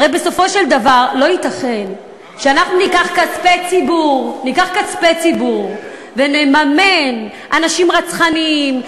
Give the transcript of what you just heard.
הרי בסופו של דבר לא ייתכן שאנחנו ניקח כספי ציבור ונממן אנשים רצחניים,